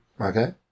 Okay